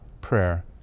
prayer